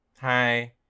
Hi